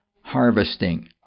harvesting